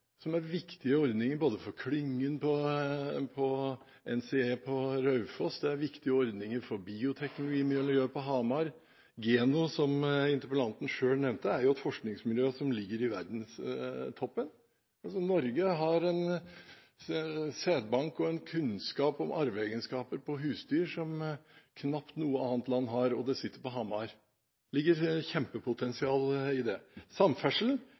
som er viktige ordninger for både klyngen i NCE-miljøet på Raufoss og bioteknologimiljøet på Hamar. Geno, som interpellanten selv nevnte, er et forskningsmiljø som ligger i verdenstoppen. Norge har en sædbank og en kunnskap om arveegenskaper på husdyr som knapt noe annet land har, og det er på Hamar. Det ligger et kjempepotensial i det. Samferdsel: